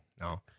No